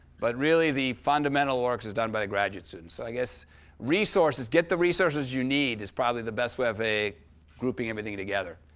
but really, the fundamental work is done by the graduate students, so i guess resources. get the resources you need is probably the best way of grouping everything together.